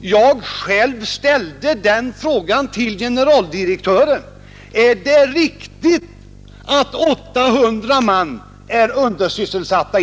Jag ställde själv den frågan till generaldirektören: Är det riktigt att 800 man inom vägverket är undersysselsatta?